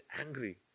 angry